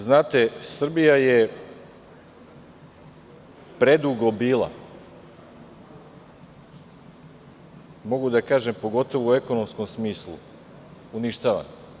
Znate, Srbija je predugo bila, mogu da kažem, pogotovo u ekonomskom smislu, uništavana.